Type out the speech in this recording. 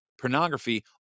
pornography